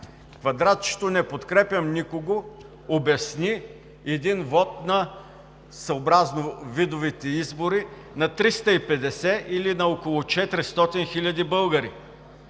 Квадратчето „Не подкрепям никого“ обясни един вот, съобразно видовете избори, на 350 или на около 400 хиляди българи,